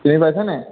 চিনি পাইছেনে